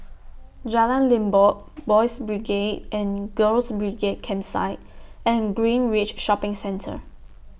Jalan Limbok Boys' Brigade and Girls' Brigade Campsite and Greenridge Shopping Centre